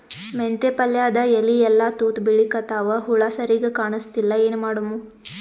ಮೆಂತೆ ಪಲ್ಯಾದ ಎಲಿ ಎಲ್ಲಾ ತೂತ ಬಿಳಿಕತ್ತಾವ, ಹುಳ ಸರಿಗ ಕಾಣಸ್ತಿಲ್ಲ, ಏನ ಮಾಡಮು?